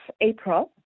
April